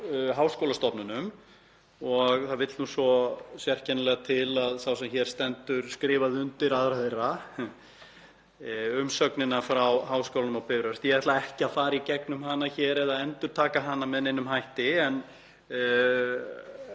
háskólastofnunum. Það vill nú svo sérkennilega til að sá sem hér stendur skrifaði undir aðra þeirra, umsögnina frá Háskólanum á Bifröst. Ég ætla ekki að fara í gegnum hana hér eða endurtaka hana með neinum hætti en